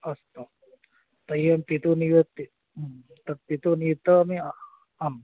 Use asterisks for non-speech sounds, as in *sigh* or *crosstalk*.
अस्तु तर्हि अहं पितुः नियुक्तिः तत् पितुः *unintelligible* आं